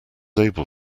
able